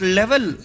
level